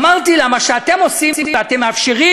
אמרתי לה: מה שאתם עושים ואתם מאפשרים